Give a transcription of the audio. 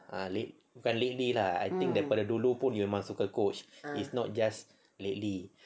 ah lat~ quite lately lah I think that daripada dulu pun you memang suka Coach if not just lately